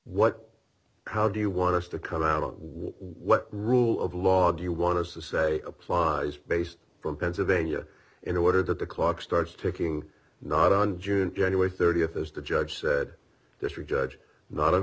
what how do you want us to come out of what rule of law do you want us to say applies based from pennsylvania in order that the clock starts ticking not on june thirtieth as the judge said district judge not